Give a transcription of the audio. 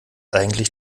eigentlich